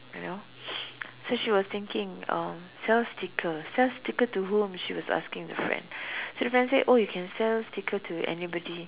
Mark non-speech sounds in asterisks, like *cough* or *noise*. you know *noise* so she was thinking uh sell sticker sell sticker to whom she was asking her friend *breath* so the friend say oh you can sell sticker to anybody